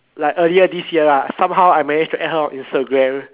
like earlier this year right somehow I managed to add her on Instagram